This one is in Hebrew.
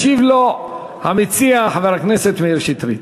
ישיב לו המציע חבר הכנסת מאיר שטרית.